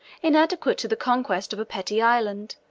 inadequate to the conquest of a petty island,